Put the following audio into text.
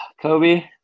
Kobe